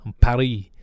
Paris